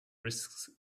risks